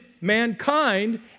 mankind